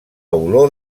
olor